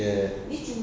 ya